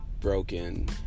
broken